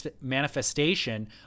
manifestation